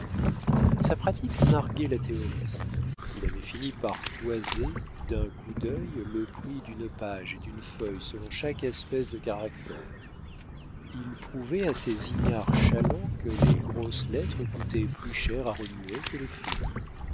sa pratique narguait la théorie il avait fini par toiser d'un coup d'œil le prix d'une page et d'une feuille selon chaque espèce de caractère il prouvait à ses ignares chalands que les grosses lettres coûtaient plus cher à remuer que les fines